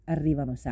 Arrivano